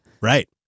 Right